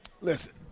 listen